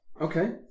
okay